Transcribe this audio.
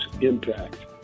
impact